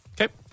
Okay